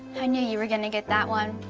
i knew you were gonna get that one.